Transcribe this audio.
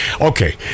okay